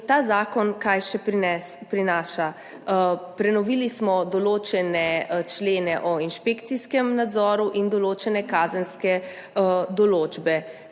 ta zakon? Prenovili smo določene člene o inšpekcijskem nadzoru in določene kazenske določbe,